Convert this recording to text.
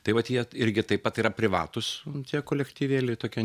tai vat jie irgi taip pat yra privatūs tiek kolektyvėliai tokie